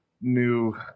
new